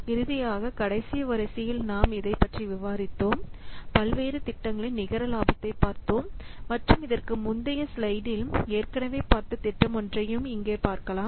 இறுதியாக கடைசி வரிசையில் நாம் இதைப் பற்றி விவாதித்தோம் பல்வேறு திட்டங்களின் நிகர லாபத்தை பார்த்தோம் மற்றும் இதற்கு முந்திய ஸ்லைடில் ஏற்கனவே பார்த்த திட்டமொன்றை இங்கேயும் பார்க்கலாம்